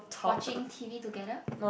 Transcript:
watching t_v together